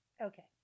Okay